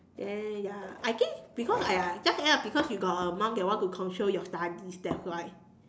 then ya I think because !aiya! just end up because you got a mum that want to control your studies that's why